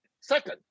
Second